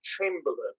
Chamberlain